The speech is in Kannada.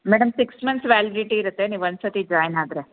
ಮೇಡಮ್ ಸಿಕ್ಸ್ ಮಂತ್ ವ್ಯಾಲಿಡಿಟಿ ಇರುತ್ತೆ ನೀವು ಒಂದು ಸರ್ತಿ ಜಾಯ್ನ್ ಆದರೆ